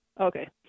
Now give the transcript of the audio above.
Okay